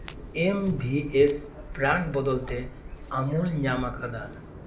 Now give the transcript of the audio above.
ᱮᱢ B S brand ᱵᱚᱫᱚᱞᱛᱮ ᱟᱢᱩᱞ ᱧᱟᱢ ᱟᱠᱟᱫᱟ